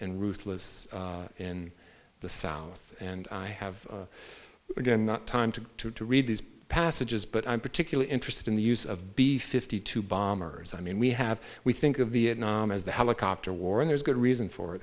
and ruthless in the south and i have again not time to read these passages but i'm particularly interested in the use of b fifty two bombers i mean we have we think of vietnam as the helicopter war and there's good reason for